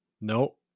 No